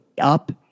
up